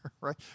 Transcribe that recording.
right